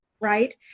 right